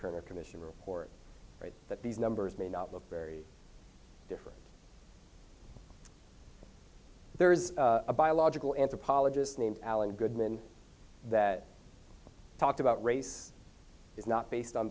kerner commission report right that these numbers may not look very different there is a biological anthropologist named alan goodman that talked about race is not based on